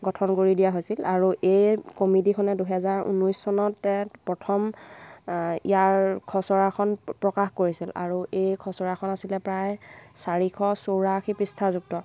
গঠন কৰি দিয়া হৈছিল আৰু এই কমিটিখনে দুহেজাৰ ঊনৈছ চনতে প্ৰথম ইয়াৰ খচৰাখন প্ৰকাশ কৰিছিল আৰু এই খচৰাখন আছিলে প্ৰায় চাৰিশ চৌৰাশী পৃষ্ঠাযুক্ত